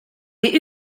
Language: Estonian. või